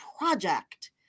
project